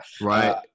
Right